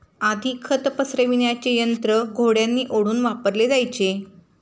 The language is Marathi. आधी खत पसरविण्याचे यंत्र घोड्यांनी ओढून वापरले जायचे